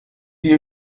die